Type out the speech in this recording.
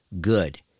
good